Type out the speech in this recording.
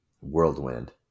Whirlwind